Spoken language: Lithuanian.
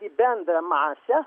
į bendrą masę